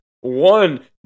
One